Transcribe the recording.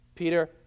Peter